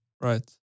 Right